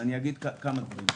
אגיד כמה דברים.